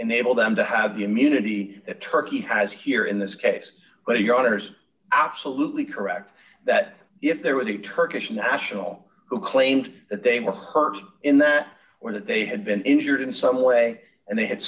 enable them to have the immunity that turkey has here in this case what are your orders absolutely correct that if there was a turkish national who claimed that they were hurt in the or that they had been injured in some way and they had